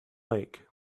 lake